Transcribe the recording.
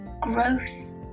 Growth